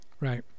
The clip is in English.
Right